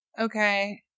okay